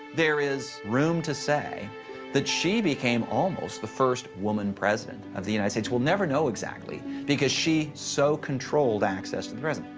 there is room to say that she became almost the first woman president of the united states. we'll never know exactly because she so controlled access to the